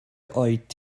oed